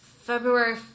February